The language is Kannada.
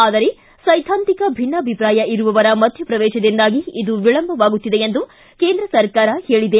ಆದರೆ ಸೈದ್ದಾಂತಿಕ ಭಿನ್ನಾಭಿಪ್ರಾಯ ಇರುವವರ ಮಧ್ಯಪ್ರವೇಶದಿಂದಾಗಿ ಇದು ವಿಳಂಬ ಆಗುತ್ತಿದೆ ಎಂದು ಕೇಂದ್ರ ಸರ್ಕಾರ ಹೇಳಿದೆ